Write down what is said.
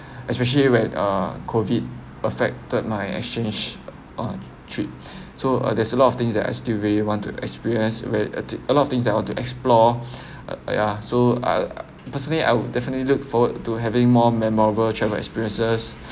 especially when uh COVID affected my exchange on trips so uh there's a lot of things that I still very want to experience where a lot of things that I want to explore uh ya so uh personal I'll definitely look forward to having more memorable travel experiences